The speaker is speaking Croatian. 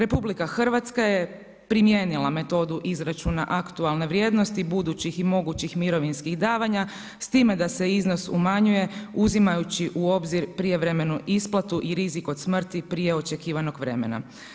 RH je primijenila metodu izračuna aktualne vrijednosti budućih i mogućih mirovinskih davanja s time da se iznos umanjuje uzimajući u obzir prijevremenu isplatu i rizik od smrti prije očekivanog vremena.